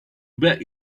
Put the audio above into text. bet